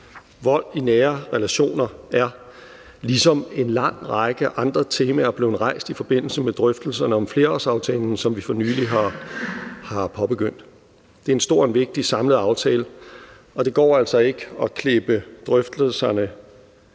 Vold i nære relationer er ligesom en lang række andre temaer blevet rejst i forbindelse med drøftelserne om flerårsaftalen, som vi for nylig har påbegyndt. Det er en stor og en vigtig samlet aftale, og det går altså ikke at klippe drøftelserne